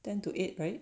ten to eight right